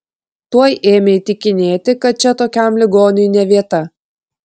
tuoj ėmė įtikinėti kad čia tokiam ligoniui ne vieta